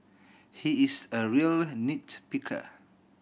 he is a real nit picker